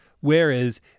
Whereas